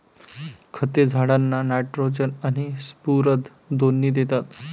खते झाडांना नायट्रोजन आणि स्फुरद दोन्ही देतात